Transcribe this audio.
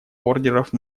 ордеров